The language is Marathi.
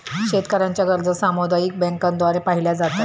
शेतकऱ्यांच्या गरजा सामुदायिक बँकांद्वारे पाहिल्या जातात